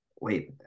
wait